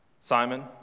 Simon